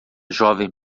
jovem